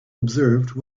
observed